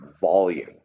volume